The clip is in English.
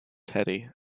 teddy